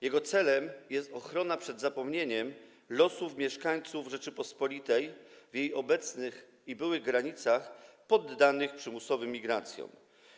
Jego celem jest ochrona przed zapomnieniem losów mieszkańców Rzeczypospolitej - w jej obecnych i byłych granicach - poddanych przymusowym migracjom.